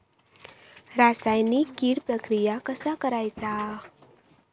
रासायनिक कीड प्रक्रिया कसा करायचा?